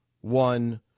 one